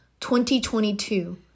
2022